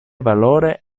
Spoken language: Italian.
valore